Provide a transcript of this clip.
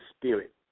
spirit